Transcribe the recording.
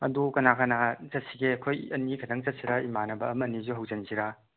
ꯑꯗꯨ ꯀꯅꯥ ꯀꯅꯥ ꯆꯠꯁꯤꯒꯦ ꯑꯩꯈꯣꯏ ꯑꯅꯤꯈꯛꯇꯪ ꯆꯠꯁꯤꯔ ꯏꯃꯥꯟꯅꯕ ꯑꯃ ꯑꯅꯤꯁꯨ ꯍꯧꯁꯤꯟꯁꯤꯔꯥ